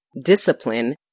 discipline